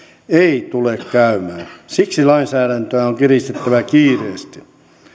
ei tule käymään siksi lainsäädäntöä on kiristettävä kiireesti